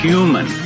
Human